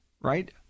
Right